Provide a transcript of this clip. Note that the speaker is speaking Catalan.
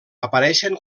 apareixen